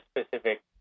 specific